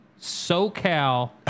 SoCal